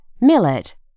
millet